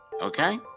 Okay